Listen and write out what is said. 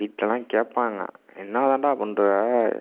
வீட்லெலாம் கேட்பாங்க என்னாதாண்டா பண்ணுறே